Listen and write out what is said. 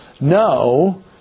No